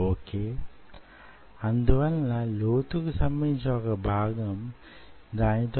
ఇంతకీ ఆ సెటప్ యేమిటి